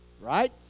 Right